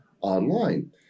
online